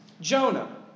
Jonah